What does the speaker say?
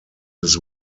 his